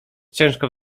ciężko